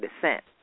descent